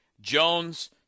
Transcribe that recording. Jones